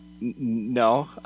No